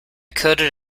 coded